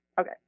Okay